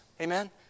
Amen